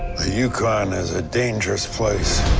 the yukon is a dangerous place.